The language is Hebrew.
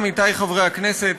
עמיתי חברי הכנסת,